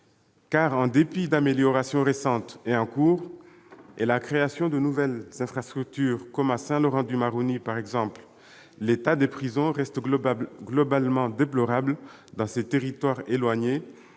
En dépit d'améliorations récentes et en cours et de la création de nouvelles infrastructures, comme à Saint-Laurent-du-Maroni, l'état des prisons reste globalement déplorable dans ces territoires éloignés